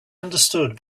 understood